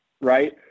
right